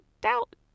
doubt